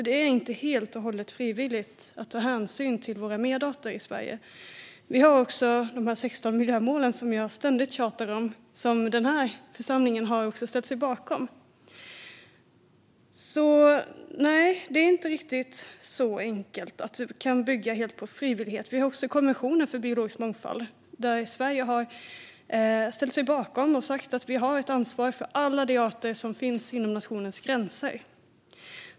Det är inte helt och hållet frivilligt att ta hänsyn till våra medarter i Sverige. Vi har också de 16 miljömål som jag ständigt tjatar om och som den här församlingen har ställt sig bakom. Så nej, det är inte riktigt så enkelt som att detta kan bygga helt på frivillighet. Vi har också konventioner för biologisk mångfald som Sverige har ställt sig bakom. Vi har sagt att vi har ett ansvar för alla de arter som finns inom nationens gränser.